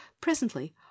presently